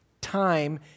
time